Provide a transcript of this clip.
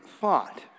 thought